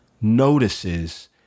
notices